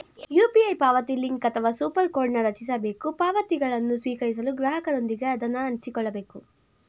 UPI ಪಾವತಿಲಿಂಕ್ ಅಥವಾ super ಕೋಡ್ನ್ ರಚಿಸಬೇಕು ಪಾವತಿಗಳನ್ನು ಸ್ವೀಕರಿಸಲು ಗ್ರಾಹಕರೊಂದಿಗೆ ಅದನ್ನ ಹಂಚಿಕೊಳ್ಳಬೇಕು